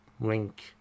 link